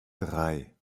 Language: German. drei